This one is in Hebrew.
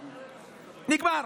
נגמר.